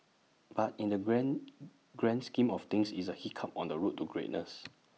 but in the grand grand scheme of things it's A hiccup on the road to greatness